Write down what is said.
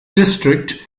district